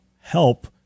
help